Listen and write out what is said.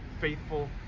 faithful